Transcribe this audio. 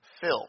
fill